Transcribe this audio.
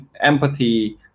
empathy